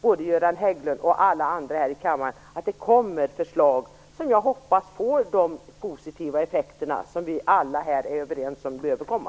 Både Göran Hägglund och alla andra här i kammaren vet att det kommer förslag som jag hoppas får de positiva effekter som vi alla här är överens om behöver komma.